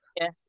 Yes